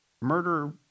Murder